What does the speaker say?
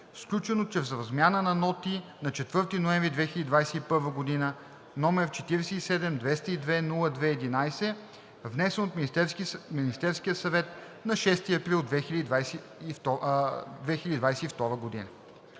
сключено чрез размяна на ноти на 4 ноември 2021 г., № 47 202-02-11, внесен от Министерския съвет на 6 април 2022 г.“